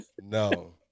no